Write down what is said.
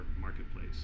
marketplace